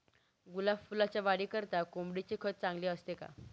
गुलाब फुलाच्या वाढीकरिता कोंबडीचे खत चांगले असते का?